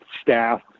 staff